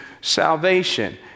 salvation